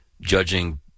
judging